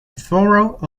thorough